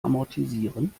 amortisieren